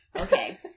Okay